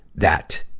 that,